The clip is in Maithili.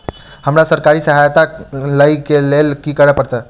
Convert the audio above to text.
हमरा सरकारी सहायता लई केँ लेल की करऽ पड़त?